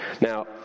Now